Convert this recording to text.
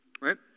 Right